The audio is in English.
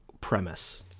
premise